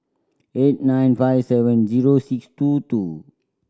eight nine five seven zero six two two